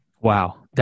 Wow